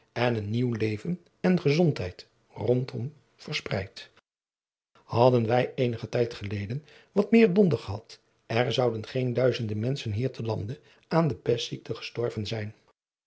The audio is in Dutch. en een nieuw leven en gezondheid rondom verspreidt hadden wij eenigen tijd geleden wat meer donder gehad er zouden geen duizenden menschen hier te lande aan de pestziekte gestorven zijn